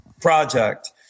project